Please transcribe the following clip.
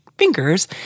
fingers